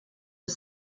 aux